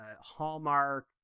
hallmark